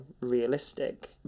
realistic